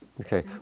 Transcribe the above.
Okay